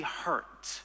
hurt